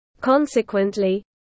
Consequently